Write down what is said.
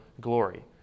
glory